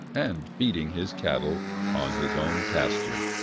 and feeding his cattle on his own pasture.